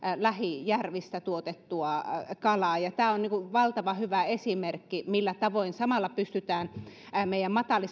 lähijärvistä tuotettua kalaa tämä on valtavan hyvä esimerkki millä tavoin samalla pystytään huolehtimaan että meidän matalat